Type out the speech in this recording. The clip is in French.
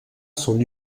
son